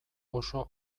oso